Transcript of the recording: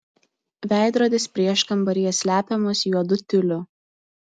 veidrodis prieškambaryje slepiamas juodu tiuliu